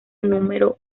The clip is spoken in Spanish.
número